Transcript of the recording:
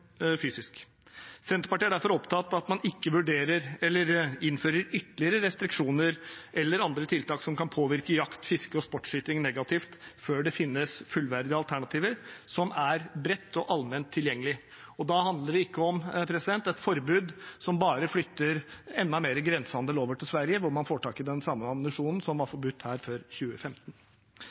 fysisk. Senterpartiet er derfor opptatt av at man ikke innfører ytterligere restriksjoner eller andre tiltak som kan påvirke jakt, fiske og sportsskyting negativt, før det finnes fullverdige alternativer som er bredt og allment tilgjengelig. Da handler det ikke om et forbud som bare flytter enda mer grensehandel over til Sverige, hvor man får tak i den samme ammunisjonen som var forbudt her før 2015.